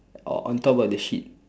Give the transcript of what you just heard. or on top of the sheet